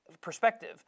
perspective